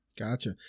Gotcha